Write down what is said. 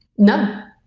none.